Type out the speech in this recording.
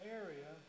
area